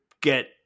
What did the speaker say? get